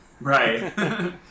Right